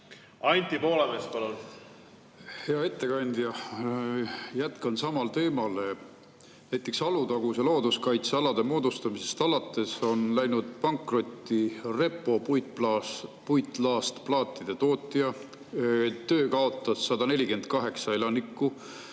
Anti Poolamets, palun! Hea ettekandja! Jätkan samal teemal. Näiteks Alutaguse looduskaitsealade moodustamisest alates on läinud pankrotti Repo, puitlaastplaatide tootja, töö kaotas 148 elanikku.